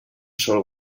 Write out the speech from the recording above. sol